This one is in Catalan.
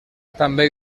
també